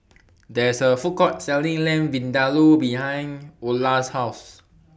There IS A Food Court Selling Lamb Vindaloo behind Ola's House